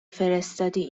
فرستادی